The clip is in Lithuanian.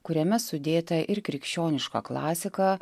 kuriame sudėta ir krikščioniška klasika